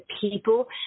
people